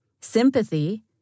Sympathy